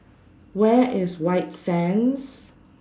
Where IS White Sands